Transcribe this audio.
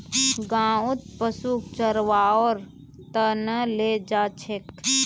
गाँउत पशुक चरव्वार त न ले जा छेक